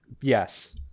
Yes